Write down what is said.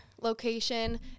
location